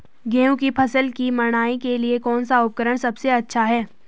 गेहूँ की फसल की मड़ाई के लिए कौन सा उपकरण सबसे अच्छा है?